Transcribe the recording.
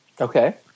Okay